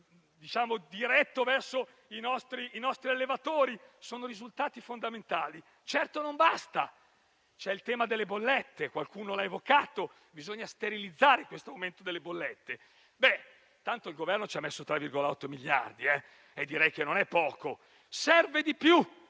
e riguarda i nostri allevatori. Sono risultati fondamentali, ma di certo non basta. C'è il tema delle bollette, che qualcuno ha evocato. Bisogna sterilizzare questo aumento delle bollette. Intanto il Governo ci ha messo 3,8 miliardi, che non è poco. Serve di più;